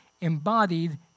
embodied